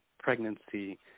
pregnancy